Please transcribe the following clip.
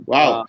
Wow